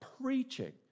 Preaching